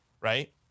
right